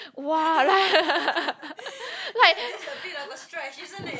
what like